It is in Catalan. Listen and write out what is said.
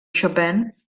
chopin